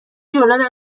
جلو